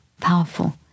powerful